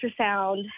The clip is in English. ultrasound